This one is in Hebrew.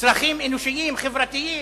צרכים אנושיים חברתיים,